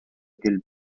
aquell